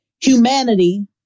humanity